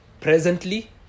presently